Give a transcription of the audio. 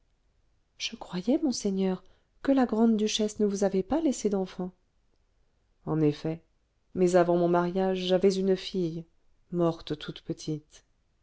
je croyais monseigneur que la grande-duchesse ne vous avait pas laissé d'enfant en effet mais avant mon mariage j'avais une fille morte toute petite